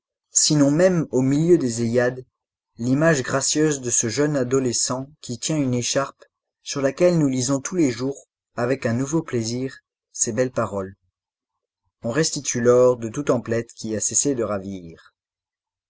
sinon même au milieu des eyades l'image gracieuse de ce jeune adolescent qui tient une écharpe sur laquelle nous lisons tous les jours avec un nouveau plaisir ces belles paroles on restitue l'or de toute emplette qui a cessé de ravir